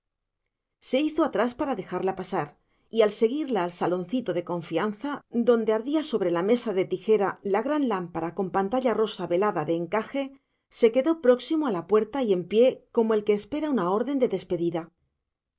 se hizo atrás para dejarla pasar y al seguirla al saloncito de confianza donde ardía sobre la mesa de tijera la gran lámpara con pantalla rosa velada de encaje se quedó próximo a la puerta y en pie como el que espera una orden de despedida